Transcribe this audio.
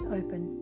open